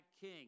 king